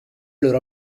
loro